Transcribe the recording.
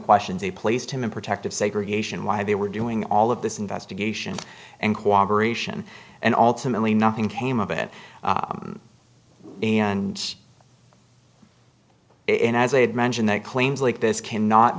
questions they placed him in protective segregation why they were doing all of this investigation and cooperation and ultimately nothing came of it and in as i had mentioned that claims like this cannot